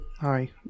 hi